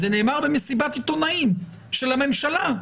זה נאמר במסיבת עיתונאים של הממשלה.